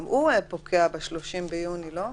גם צו בידוד בית פוקע ב-30 ביוני, לא?